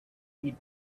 eat